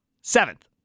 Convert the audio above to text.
Seventh